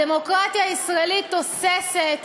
הדמוקרטיה הישראלית תוססת,